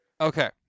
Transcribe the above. Okay